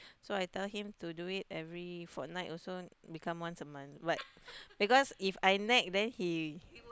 so I tell him to do it every fortnight also become once a month but because If I nag then he